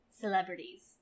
celebrities